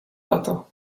lata